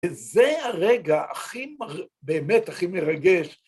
‫וזה הרגע הכי, באמת, הכי מרגש.